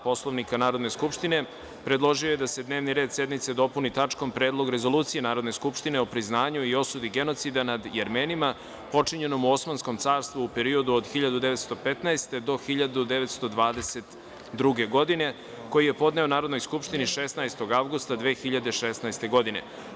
Poslovnika Narodne skupštine, predložio je da se Dnevni red sednice dopuni tačkom – Predlog rezolucije Narodne skupštine o priznanju i osudi genocida nad Jermenima počinjenom u Osmanskom carstvu u periodu od 1915-1922. godine, koji je podneo Narodnoj skupštini 16. avgusta 2016. godine.